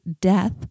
death